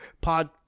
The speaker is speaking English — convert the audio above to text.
pod